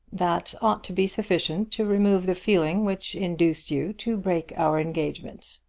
that ought to be sufficient to remove the feeling which induced you to break our engagement.